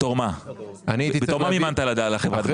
בתור מה מימנת לחברה?